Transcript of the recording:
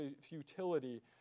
futility